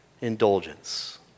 indulgence